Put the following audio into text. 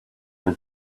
did